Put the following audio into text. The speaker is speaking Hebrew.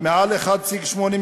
על מנת למנוע חרם,